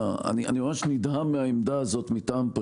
ממש נדהם מהעמדה הזאת.